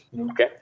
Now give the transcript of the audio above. Okay